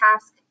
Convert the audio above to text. task